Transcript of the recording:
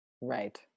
Right